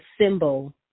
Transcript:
symbol